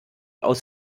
aus